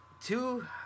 two